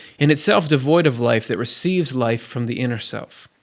in itself devoid of life, that receives life from the inner self.